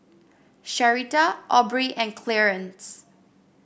Sherita Aubrey and Clearence